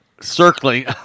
circling